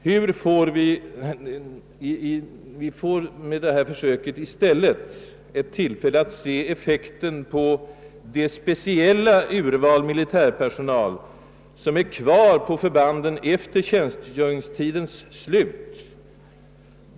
Vi får med detta försök i stället ett tillfälle att se effekten på det speciella urval militärpersonal, som är kvar på förbanden efter tjänstgöringstidens slut.